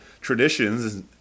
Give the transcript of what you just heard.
traditions